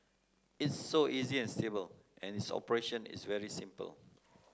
it's so easy and stable and its operation is very simple